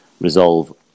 resolve